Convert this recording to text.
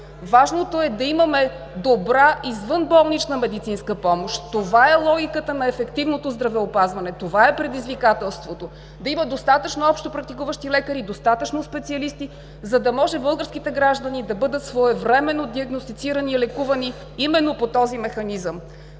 Важното е да имаме добра извънболнична медицинска помощ. Това е логиката на ефективното здравеопазване, това е предизвикателството – да има достатъчно общопрактикуващи лекари, достатъчно специалисти, за да може българските граждани да бъдат своевременно диагностицирани и лекувани именно по този механизъм.